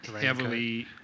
heavily